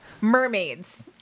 Mermaids